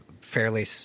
fairly